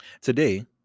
Today